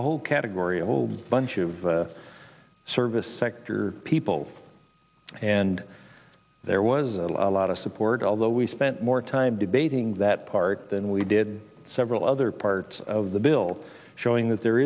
a whole category of old bunch of service sector people and there was a lot of support although we spent more time debating that part than we did several other parts of the bill showing that there